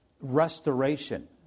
restoration